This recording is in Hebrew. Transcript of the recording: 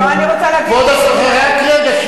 אני רוצה, רק רגע.